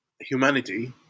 humanity